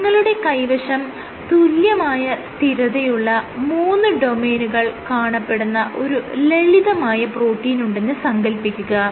നിങ്ങളുടെ കൈവശം തുല്യമായ സ്ഥിരതയുള്ള മൂന്ന് ഡൊമെയ്നുകൾ കാണപ്പെടുന്ന ഒരു ലളിതമായ പ്രോട്ടീൻ ഉണ്ടെന്ന് സങ്കൽപ്പിക്കുക